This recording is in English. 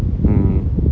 mm